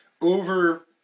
over